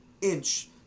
inch